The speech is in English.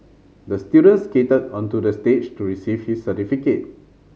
the student skated onto the stage to receive his certificate